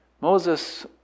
Moses